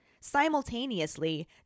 Simultaneously